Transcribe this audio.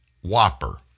whopper